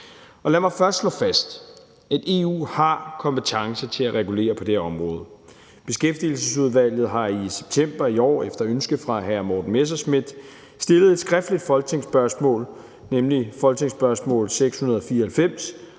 Lad mig først slå fast, at EU har kompetence til at regulere på det her område. Beskæftigelsesudvalget har i september i år efter ønske fra hr. Morten Messerschmidt stillet et skriftligt folketingsspørgsmål, folketingsspørgsmål nr.